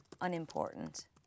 unimportant